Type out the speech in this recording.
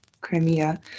Crimea